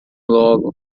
logo